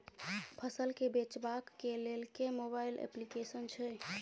फसल केँ बेचबाक केँ लेल केँ मोबाइल अप्लिकेशन छैय?